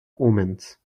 omens